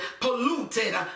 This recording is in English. polluted